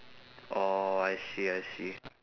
oh I see I see